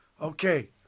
Okay